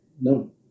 No